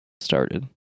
started